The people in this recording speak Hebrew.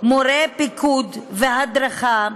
מורי פיקוד והדרכה"